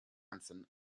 hanson